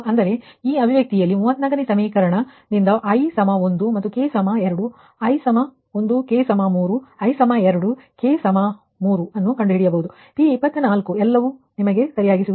ಅಂದರೆ ಈ ಅಭಿವ್ಯಕ್ತಿಯಲ್ಲಿ 34 ನೇ ಸಮೀಕರಣ ಸಮೀಕರಣ 34 ರಿಂದ ನೀವು i 1 ಮತ್ತು k 2 i 1 k 3 i 2 k 3 ಅನ್ನು ಕಂಡುಹಿಡಿಯಬಹುದು ಮತ್ತು P24 ಎಲ್ಲವೂ ನಿಮಗೆ ಸಿಗುತ್ತದೆ